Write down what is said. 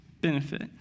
benefit